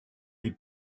les